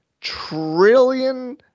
trillion